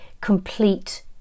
complete